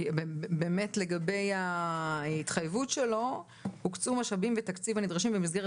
כי באמת לגבי ההתחייבות שלו הוקצאו משאבים ותקציב הנדרשים במסגרת